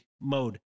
mode